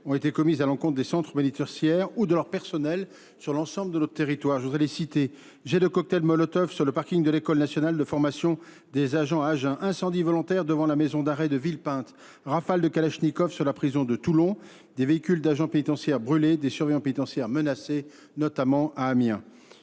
ont été commises à l'encontre des centres bénéficiaires ou de leur personnel sur l'ensemble de notre territoire. Je voudrais les citer. J'ai le cocktail Molotov sur le parking de l'École nationale de formation des agents à agents incendie volontaires devant la maison d'arrêt de Ville-Pinte. Rafal de Kalachnikov sur la prison de Toulon. des véhicules d'agents pénitentiaires brûlés, des surveillants pénitentiaires menacés, notamment à Amiens.